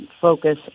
focus